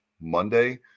Monday